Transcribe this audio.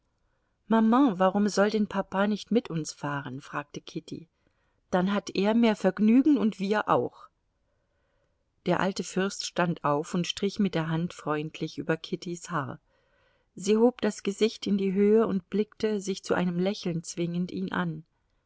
maman warum soll denn papa nicht mit uns fahren fragte kitty dann hat er mehr vergnügen und wir auch der alte fürst stand auf und strich mit der hand freundlich über kittys haar sie hob das gesicht in die höhe und blickte sich zu einem lächeln zwingend ihn an